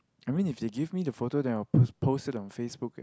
I mean if they give me the photo then I will post post it on Facebook